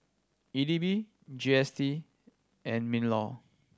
E D B G S T and MinLaw